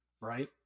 Right